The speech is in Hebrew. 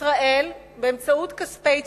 ישראל, באמצעות כספי ציבור,